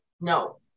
No